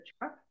truck